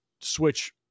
switch